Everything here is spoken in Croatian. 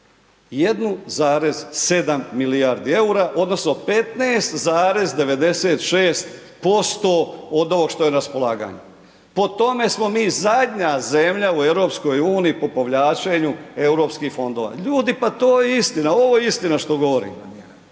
1,7 milijardi EUR-a odnosno 15,96% od ovog što je na raspolaganju, po tome smo mi zadnja zemlja u EU po povlačenju Europskih fondova, ljudi pa to je istina, ovo je istina što govorim, ali